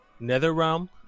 Netherrealm